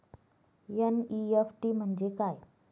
NEFT म्हणजे काय?